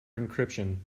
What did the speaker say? encryption